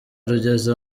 rugeze